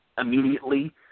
immediately